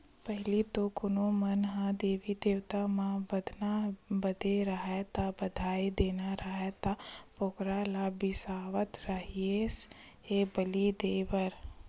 पहिली तो कोनो मन ह देवी देवता म बदना बदे राहय ता, बधई देना राहय त बोकरा ल बिसावत रिहिस हे बली देय बर